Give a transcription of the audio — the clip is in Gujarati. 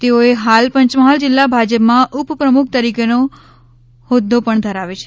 તેઓએ હાલ પંચમહાલ જિલ્લા ભાજપમાં ઉપપ્રમુખ તરીકેનો હોદ્દો પણ ધરાવે છે